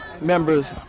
members